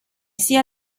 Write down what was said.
sia